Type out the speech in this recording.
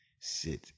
sit